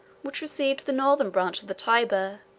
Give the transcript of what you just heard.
which received the northern branch of the tyber,